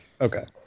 Okay